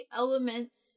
elements